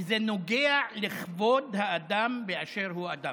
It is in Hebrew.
כי זה נוגע לכבוד האדם באשר הוא אדם.